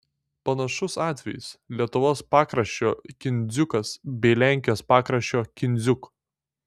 panašus atvejis lietuvos pakraščio kindziukas bei lenkijos pakraščio kindziuk